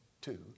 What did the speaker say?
two